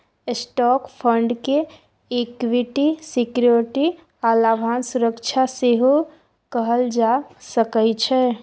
stock fund के equity security आ लाभांश सुरक्षा सेहो कहल जा सकइ छै